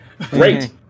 Great